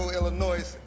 Illinois